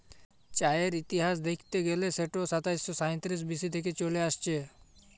চাঁয়ের ইতিহাস দ্যাইখতে গ্যালে সেট সাতাশ শ সাঁইতিরিশ বি.সি থ্যাইকে চলে আইসছে